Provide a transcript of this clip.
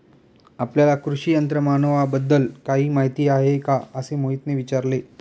आपल्याला कृषी यंत्रमानवाबद्दल काही माहिती आहे का असे मोहितने विचारले?